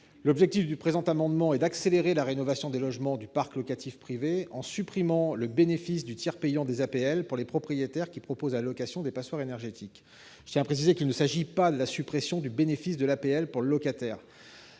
rénover. Par cet amendement, il s'agit d'accélérer la rénovation des logements du parc locatif privé, en supprimant le bénéfice du tiers payant des APL pour les propriétaires qui proposent à la location des passoires énergétiques. Je tiens à le préciser, il ne s'agit pas de la suppression du bénéfice de l'APL pour le locataire.